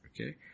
okay